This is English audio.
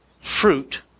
Fruit